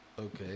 Okay